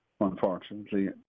unfortunately